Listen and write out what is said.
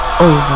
Over